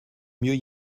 mieux